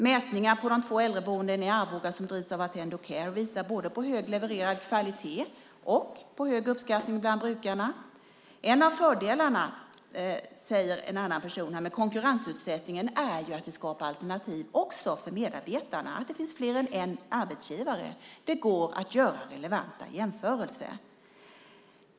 Mätningar på de två äldreboenden i Arboga som drivs av Attendo Care visar både hög levererad kvalitet och stor uppskattning bland brukarna. En av fördelarna, säger en annan person, med konkurrensutsättningen är att det skapar alternativ också för medarbetarna, att det finns fler än en arbetsgivare. Det går att göra relevanta jämförelser.